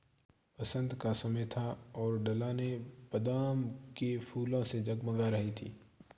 बसंत का समय था और ढलानें बादाम के फूलों से जगमगा रही थीं